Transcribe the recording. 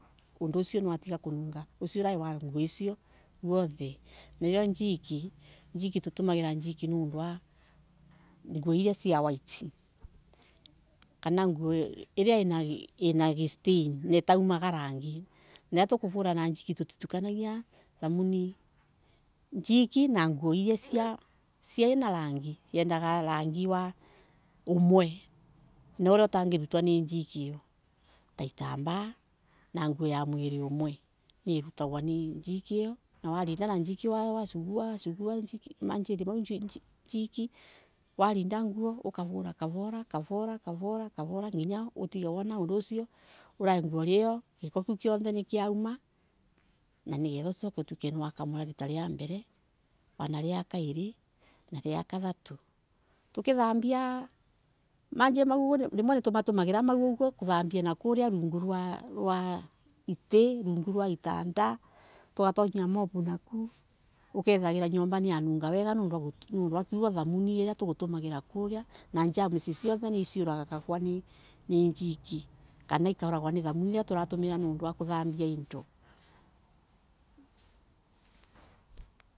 Undu ucio niwatiga kununga ucio ulali wa nguo icio wothe nayo njiki tutumagira nundu wa nguo cia white kana ngu ina stain na itaamaga rangi riria tukuvura na njiki tutitukanagia na thamani, njiki na nguo iria ciina rangi ciendaga rangi umwe na utangerutwa ni njiki ta itambaa nguo ya mwili umwe niuratagwa ni njiki na warinda na njiki io majili mau njiki warinda nguo ukavura kavola kavola nginya utige giko kiothenikiauma na nigetha akamuri rita ria mbele na rikairi na ria kathatu tukithambia majimau nitumatuma gira kuthambia lungurwaiti itanda tugatonyia mob na kou ukethera nyomba niyanunga wega niunduwa kiugo thamuni iria tugutumagira kuria na germs cionthe ikauragwa ni njiki kana thamuni iria turatumira kuthambia indo.